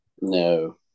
No